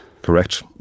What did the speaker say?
Correct